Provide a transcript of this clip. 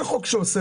שאין שום חוק שאוסר